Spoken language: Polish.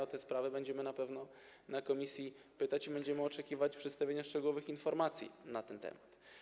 O te sprawy będziemy na pewno na posiedzeniu komisji pytać i będziemy oczekiwać przedstawienia szczegółowych informacji na ten temat.